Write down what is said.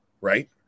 right